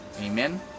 amen